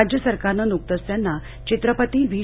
राज्य सरकारनं नुकतंच त्यांना चित्रपती व्ही